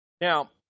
Now